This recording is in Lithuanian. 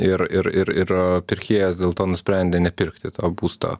ir ir ir ir pirkėjas dėl to nusprendė nepirkti to būsto